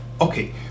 Okay